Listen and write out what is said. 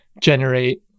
generate